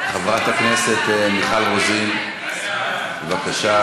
חברת הכנסת מיכל רוזין, בבקשה.